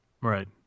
Right